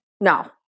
No